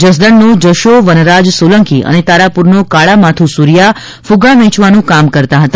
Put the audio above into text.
જસદણનો જશો વનરાજ સોલંકી અને તારાપુરનો કાળા માથુ સુરીયા કુઝ્ગા વેચવાનું કામ કરતા હતા